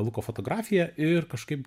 luko fotografiją ir kažkaip